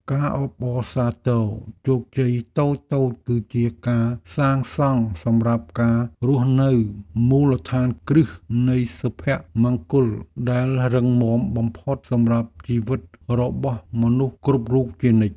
ការអបអរសាទរជោគជ័យតូចៗគឺជាការសាងសង់សម្រាប់ការរស់នៅនូវមូលដ្ឋានគ្រឹះនៃសុភមង្គលដែលរឹងមាំបំផុតសម្រាប់ជីវិតរបស់មនុស្សគ្រប់រូបជានិច្ច។